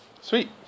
Sweet